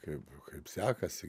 kaip sekasi